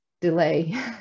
delay